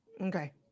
okay